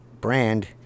brand